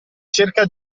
cerca